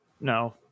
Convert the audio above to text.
No